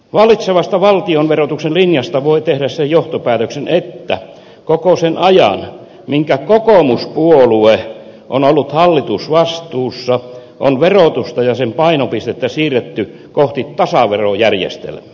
vallitsevasta valtionverotuksen linjasta voi tehdä sen johtopäätöksen että koko sen ajan minkä kokoomuspuolue on ollut hallitusvastuussa on verotusta ja sen painopistettä siirretty kohti tasaverojärjestelmää